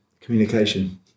communication